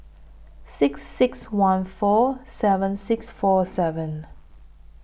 six six one four seven six four seven